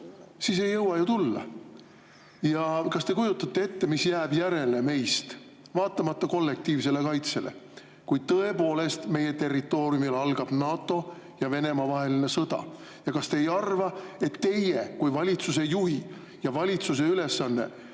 Siis ei jõua ju tulla! Kas te kujutate ette, mis jääb järele meist, vaatamata kollektiivsele kaitsele, kui tõepoolest meie territooriumil algab NATO ja Venemaa vaheline sõda? Kas te ei arva, et teie kui valitsuse juhi ja valitsuse ülesanne